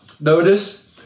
Notice